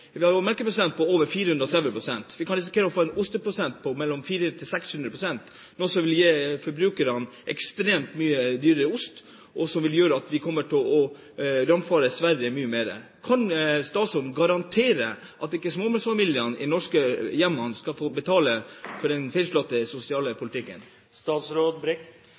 på over 430. Vi kan risikere å få en tollprosent på ost på mellom 400 og 600, noe som vil gi forbrukerne ekstremt mye dyrere ost, og som vil gjøre at vi kommer til å invadere Sverige mye mer. Kan statsråden garantere at ikke småbarnsfamiliene i norske hjem må betale for den feilslåtte sosiale politikken?